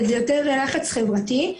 יותר לחץ חברתי.